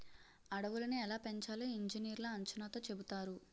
అడవులని ఎలా పెంచాలో ఇంజనీర్లు అంచనాతో చెబుతారు